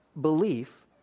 belief